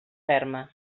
ferma